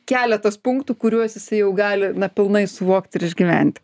keletas punktų kuriuos jisai jau gali pilnai suvokt ir išgyventi